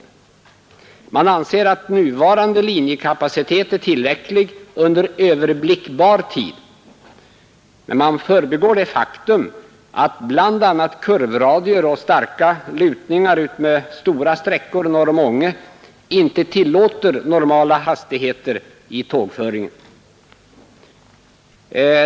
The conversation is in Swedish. Man anser att nuvarande linjekapacitet är tillräcklig under överblickbar tid, men man förbigår det faktum att bl.a. kurvradier och starka lutningar utmed stora sträckor norr om Ånge inte tillåter normala hastigheter i tågföringen.